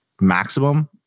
maximum